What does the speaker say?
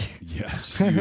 Yes